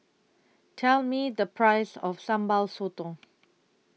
Tell Me The Price of Sambal Sotong